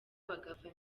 bagapfa